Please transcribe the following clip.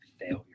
failure